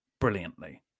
brilliantly